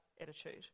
attitude